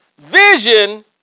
Vision